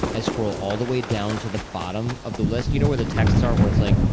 i scroll all the way down to the bottom of the list. you know where the texts are? where it's like,